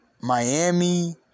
Miami